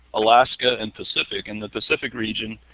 alaska, and pacific. and the pacific region